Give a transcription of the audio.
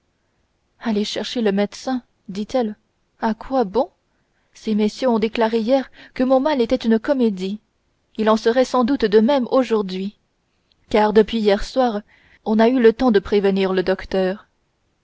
aller chercher un médecin dit-elle à quoi bon ces messieurs ont déclaré hier que mon mal était une comédie il en serait sans doute de même aujourd'hui car depuis hier soir on a eu le temps de prévenir le docteur